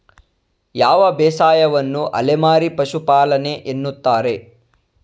ಯಾವ ಬೇಸಾಯವನ್ನು ಅಲೆಮಾರಿ ಪಶುಪಾಲನೆ ಎನ್ನುತ್ತಾರೆ?